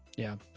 yeah.